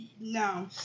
No